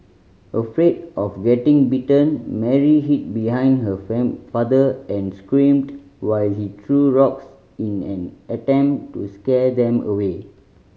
afraid of getting bitten Mary hid behind her father and screamed while he threw rocks in an attempt to scare them away